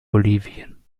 bolivien